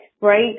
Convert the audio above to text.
right